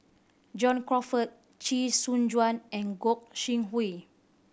John Crawfurd Chee Soon Juan and Gog Sing Hooi